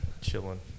Chilling